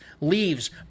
Leaves